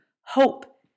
Hope